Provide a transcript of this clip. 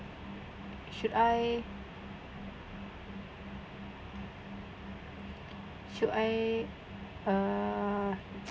should I should I err